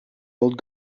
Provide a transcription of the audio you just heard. old